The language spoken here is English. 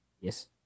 Yes